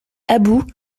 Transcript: aboud